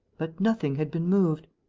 but nothing had been moved.